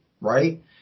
right